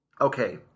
Okay